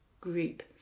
group